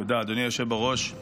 תודה, אדוני היושב בראש.